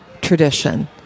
tradition